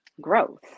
Growth